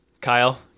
Kyle